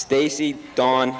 stacey dawn